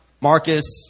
Marcus